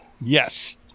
Yes